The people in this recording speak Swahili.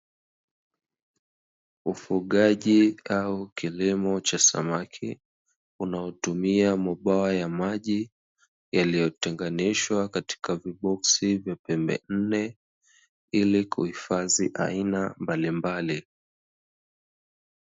Ufugaji au kilimo cha samaki, unaotumia mabwawa ya maji yaliyotenganishwa katika viboksi vya pembe nne, ili kuhifadhi aina mbalimbali.